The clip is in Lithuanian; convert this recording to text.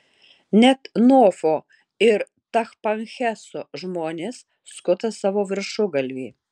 net nofo ir tachpanheso žmonės skuta savo viršugalvį